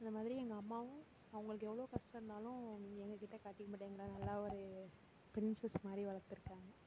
அந்த மாதிரி எங்கள் அம்மாவும் அவங்களுக்கு எவ்வளோ கஷ்டம் இருந்தாலும் எங்கள்கிட்ட காட்டிக்க மாட்டாங்க எங்களை நல்லா ஒரு ப்ரின்சஸ் மாதிரி வளர்த்துருக்காங்க